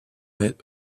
est